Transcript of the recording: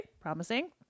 promising